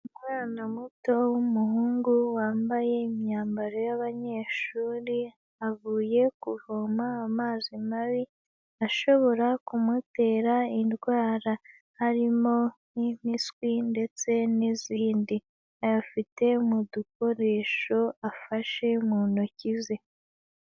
Umwana muto w'umuhungu wambaye imyambaro y'abanyeshuri, avuye kuvoma amazi mabi ashobora kumutera indwara. Harimo nk'impiswi ndetse n'izindi. Ayafite mu dukoresho afashe mu ntoki ze.